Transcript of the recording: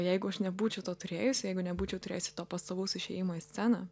jeigu aš nebūčiau to turėjusi jeigu nebūčiau turėjusi to pastovaus išėjimo į sceną